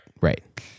right